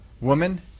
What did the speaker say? Woman